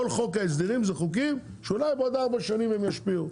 כל חוק ההסדרים זה חוקים שאולי בעוד ארבע שנים הם ישפיעו.